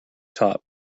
top